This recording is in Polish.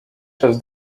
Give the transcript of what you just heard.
przez